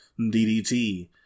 DDT